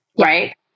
right